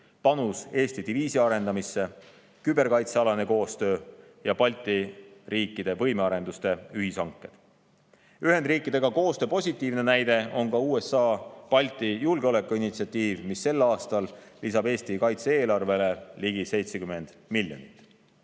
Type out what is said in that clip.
panus Eesti diviisi arendamisse, küberkaitsealane koostöö ja Balti riikide võimearenduste ühishanked. Ühendriikidega koostöö positiivne näide on USA Balti julgeoleku initsiatiiv, mis sel aastal lisab Eesti kaitse-eelarvele ligi 70 miljonit.